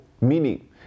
meaning